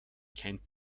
kennt